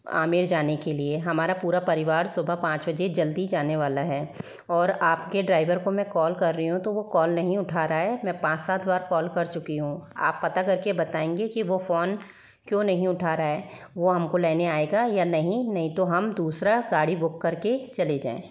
आमेर जाने के लिए हमारा पूरा परिवार सुबह पाँच बजे जल्दी जाने वाला है और आपके ड्राइवर को मैं कॉल कर रही हूँ तो वो कॉल नहीं उठा रहा है मैं पाँच सात बार कॉल कर चुकी हूँ आप पता कर के बताएंगे कि वो फ़ोन क्यों नहीं उठा रहा है वो हमको लेने आएगा या नहीं नहीं तो हम दूसरा गाड़ी बुक कर के चले जाएं